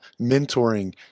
mentoring